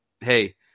hey